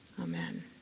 Amen